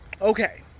Okay